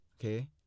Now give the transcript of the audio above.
Okay